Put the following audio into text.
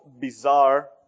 bizarre